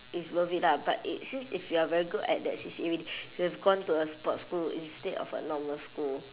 it's worth it lah but it since if you're very good at that C_C_A already you've gone to a sports school instead of a normal school